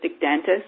dentist